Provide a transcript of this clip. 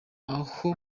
aho